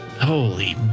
Holy